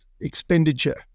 expenditure